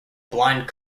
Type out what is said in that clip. blind